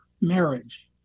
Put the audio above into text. marriage